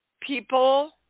People